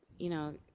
you know,